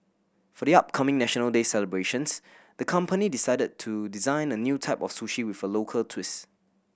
for the upcoming National Day celebrations the company decided to design a new type of sushi with a local twist